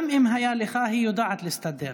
גם אם הייתה לך, היא יודעת להסתדר,